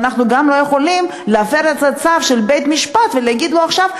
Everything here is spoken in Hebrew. ואנחנו גם לא יכולים להפר את הצו של בית-המשפט ולהגיד לו עכשיו,